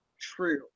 True